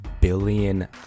billion